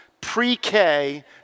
pre-K